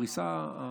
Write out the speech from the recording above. הפריסה,